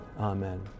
Amen